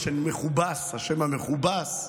בשם המכובס,